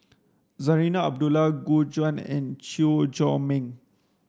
Zarinah Abdullah Gu Juan and Chew Chor Meng